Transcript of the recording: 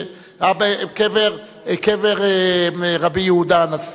קבר רבי יהודה הנשיא.